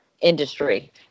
industry